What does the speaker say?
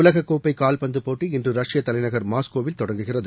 உலகக்கோப்பை கால்பந்துப்போட்டி இன்று ரஷ்ய தலைநகர் மாஸ்கோவில் தொடங்குகிறது